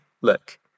look